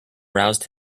roused